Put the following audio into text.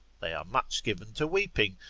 they are much given to weeping,